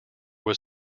was